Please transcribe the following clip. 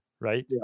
right